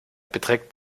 beträgt